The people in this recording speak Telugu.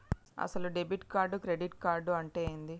అసలు డెబిట్ కార్డు క్రెడిట్ కార్డు అంటే ఏంది?